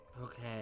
Okay